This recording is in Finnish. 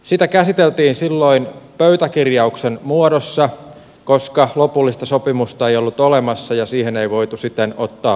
sitä käsiteltiin silloin pöytäkirjauksen muodossa koska lopullista sopimusta ei ollut olemassa ja siihen ei voitu siten ottaa lopullista kantaa